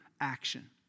action